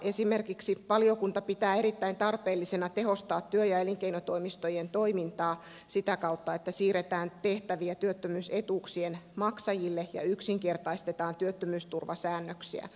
esimerkiksi valiokunta pitää erittäin tarpeellisena tehostaa työ ja elinkeinotoimistojen toimintaa sitä kautta että siirretään tehtäviä työttömyysetuuksien maksajille ja yksinkertaistetaan työttömyysturvasäännöksiä